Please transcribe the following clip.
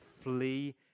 flee